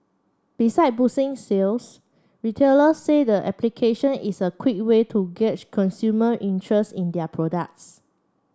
besides boosting sales retailers say the application is a quick way to gauge consumer interest in their products